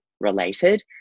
related